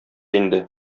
инде